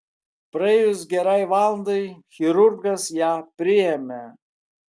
praėjus gerai valandai chirurgas ją priėmė